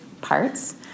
parts